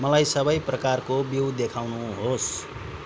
मलाई सबै प्रकारका बिउ देखाउनुहोस्